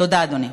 תודה, אדוני.